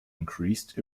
increased